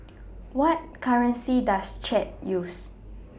What currency Does Chad use